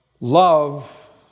Love